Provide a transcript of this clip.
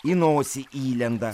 į nosį įlenda